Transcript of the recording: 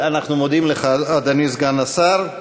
אדוני סגן השר,